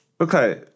Okay